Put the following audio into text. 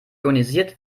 ionisiert